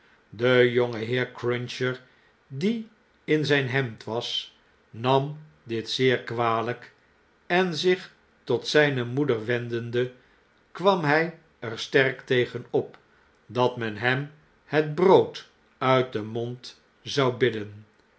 de jongeheer cruncher die in zp hemd was nam dit zeer kwalp en zich tot zijne moeder wendende kwam hjj er sterk tegen op dat men hem het brood uit den mond zou bidden